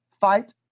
fight